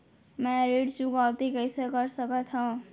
मैं ऋण चुकौती कइसे कर सकथव?